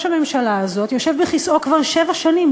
הממשלה הזאת יושב בכיסאו כבר שבע שנים,